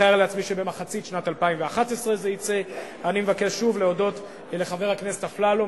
אני מתאר לעצמי שזה יצא במחצית שנת 2011. אני מבקש שוב להודות לחבר הכנסת אפללו,